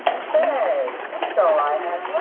say so i have.